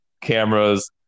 cameras